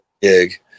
gig